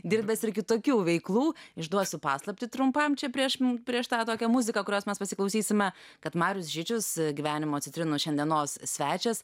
dirbęs ir kitokių veiklų išduosiu paslaptį trumpam čia prieš mums prieš tave tokią muziką kurios mes pasiklausysime kad marius žičius gyvenimo citrinų šiandienos svečias